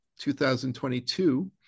2022